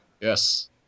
Yes